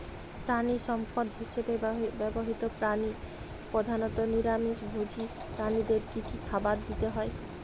প্রাণিসম্পদ হিসেবে ব্যবহৃত প্রাণী প্রধানত নিরামিষ ভোজী প্রাণীদের কী খাবার দেয়া হয়?